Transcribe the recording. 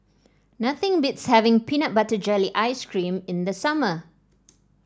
nothing beats having Peanut Butter Jelly Ice cream in the summer